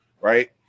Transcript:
right